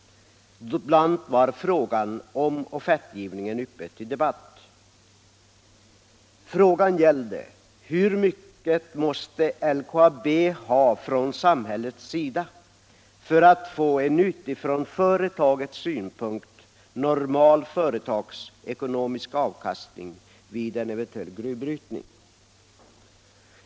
Bl. a. var offertgivningen uppe till debatt. Frågan gällde hur mycket LKAB måste kräva från samhällets sida för att få en utifrån företagets synpunkt normal företagsekonomisk avkastning vid en eventuell gruvbrytning.